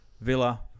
Villa